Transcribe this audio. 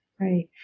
Right